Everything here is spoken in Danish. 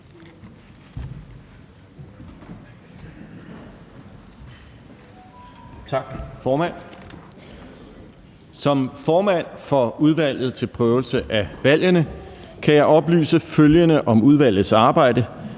Som formand for Udvalget til Prøvelse af Valgene kan jeg oplyse følgende om udvalgets arbejde,